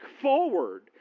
forward